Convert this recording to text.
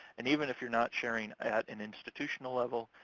and even if you're not sharing at an institutional level,